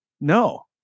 No